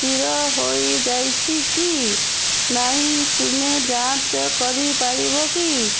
ସ୍ଥିର ହୋଇଯାଇଛି କି ନାହିଁ ତୁମେ ଯାଞ୍ଚ କରିପାରିବ କି